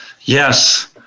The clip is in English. Yes